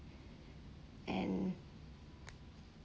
and